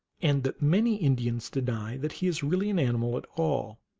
and that many indians deny that he is really an animal at all,